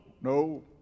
no